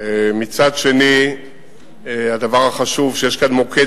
מצד שני הדבר החשוב הוא שיש כאן מוקד